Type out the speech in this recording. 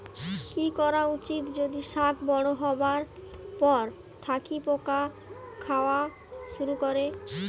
কি করা উচিৎ যদি শাক বড়ো হবার পর থাকি পোকা খাওয়া শুরু হয়?